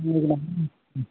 இன்றைக்கி ம்